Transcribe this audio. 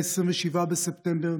27 בספטמבר,